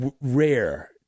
rare